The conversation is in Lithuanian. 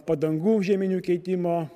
padangų žieminių keitimo